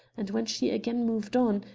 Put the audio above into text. and when she again moved on,